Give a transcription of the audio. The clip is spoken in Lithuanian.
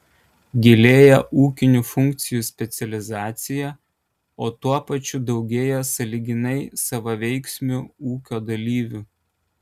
gilėja ūkinių funkcijų specializacija o tuo pačiu daugėja sąlyginai savaveiksmių ūkio dalyvių